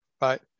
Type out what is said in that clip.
right